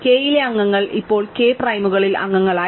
K യിലെ അംഗങ്ങൾ ഇപ്പോൾ k പ്രൈമുകളിൽ അംഗങ്ങളായി